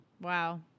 Wow